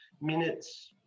minutes